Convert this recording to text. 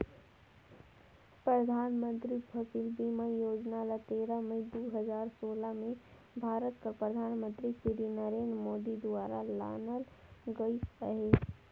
परधानमंतरी फसिल बीमा योजना ल तेरा मई दू हजार सोला में भारत कर परधानमंतरी सिरी नरेन्द मोदी दुवारा लानल गइस अहे